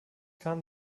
kam